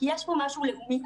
כי יש פה משהו לאומי.